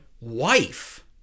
wife